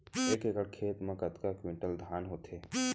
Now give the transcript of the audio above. एक एकड़ खेत मा कतका क्विंटल धान होथे?